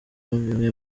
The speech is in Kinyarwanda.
bimwe